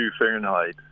Fahrenheit